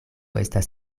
estas